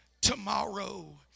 tomorrow